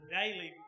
daily